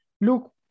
look